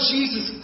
Jesus